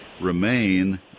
remain